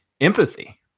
Empathy